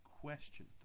question